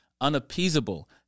unappeasable